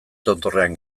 tontorrean